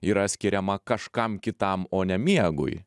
yra skiriama kažkam kitam o ne miegui